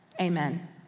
amen